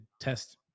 test